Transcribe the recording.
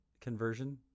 conversion